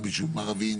גם ביישובים ערביים,